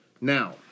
Now